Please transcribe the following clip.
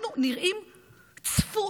אנחנו נראים צפויים.